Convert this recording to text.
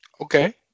Okay